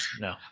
no